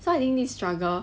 so I think this struggle